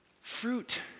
fruit